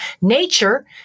nature